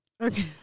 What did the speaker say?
Okay